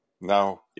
Now